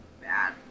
bad